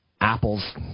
Apple's